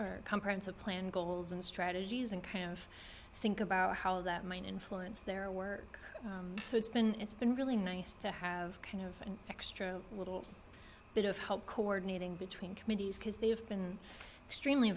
the comprehensive goals plan goals and strategies and think about how that might influence their work so it's been it's been really nice to have kind of an extra little bit of help coordinating between committees because they've been extremely